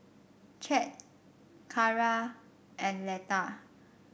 Chet Cara and Letta